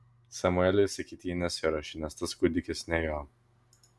samueliui sakyti ji nesiruošė nes tas kūdikis ne jo